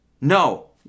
no